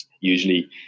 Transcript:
Usually